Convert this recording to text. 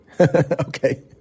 Okay